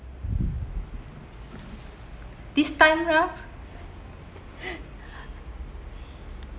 this time round